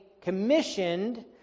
commissioned